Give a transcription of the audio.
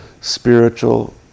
spiritual